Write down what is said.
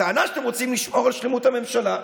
הטענה היא שאתם רוצים לשמור על שלמות הממשלה.